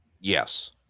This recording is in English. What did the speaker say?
Yes